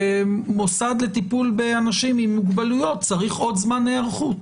שמוסד לטיפול באנשים עם מוגבלויות צריך עוד שמן היערכות